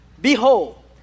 Behold